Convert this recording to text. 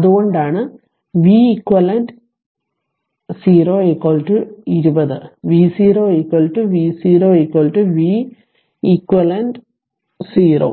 അതുകൊണ്ടാണ് v cq 0 20 v0 V0 v cq 0 20